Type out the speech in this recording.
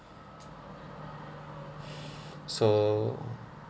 so